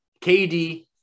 KD